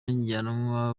ijyanwa